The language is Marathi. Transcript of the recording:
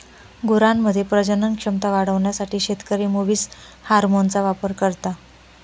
गुरांमध्ये प्रजनन क्षमता वाढवण्यासाठी शेतकरी मुवीस हार्मोनचा वापर करता